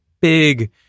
big